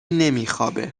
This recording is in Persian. نمیخوابه